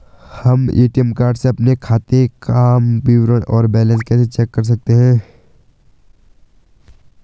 हम ATM card से अपने खाते काम विवरण और बैलेंस कैसे चेक कर सकते हैं?